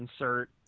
insert